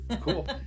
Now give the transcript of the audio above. Cool